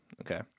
Okay